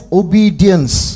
obedience